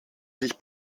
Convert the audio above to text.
sich